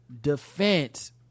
defense